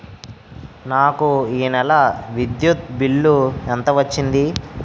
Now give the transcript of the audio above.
నాకు ఈ నెల విద్యుత్ బిల్లు ఎంత వచ్చింది?